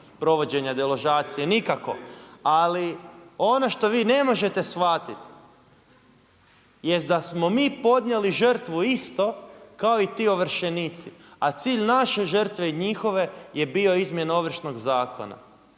provođenja deložacija? Nikako. Ali ono što vi ne možete shvatiti jest da smo mi podnijeli žrtvu isto kao i ti ovršenici, a cilj naše žrtve i njihove je bio izmjena Ovršnog zakona.